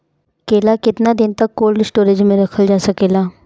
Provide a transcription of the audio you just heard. केला केतना दिन तक कोल्ड स्टोरेज में रखल जा सकेला?